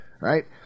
right